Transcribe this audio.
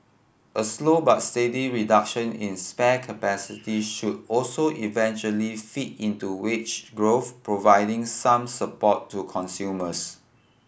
a slow but steady reduction in spare capacity should also eventually feed into which growth providing some support to consumers